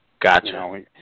Gotcha